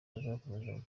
bazakomeza